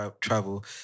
travel